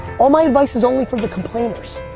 all my advice is only for the complainers.